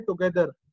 together